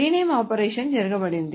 rename operation జరుపబడింది